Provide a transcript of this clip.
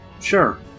Sure